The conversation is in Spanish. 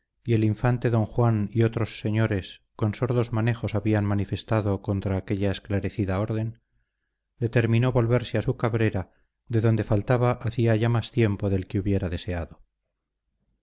y el infante don juan y otros señores con sordos manejos habían manifestado contra aquella esclarecida orden determinó volverse a su cabrera de donde faltaba hacía ya más tiempo del que hubiera deseado